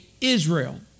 Israel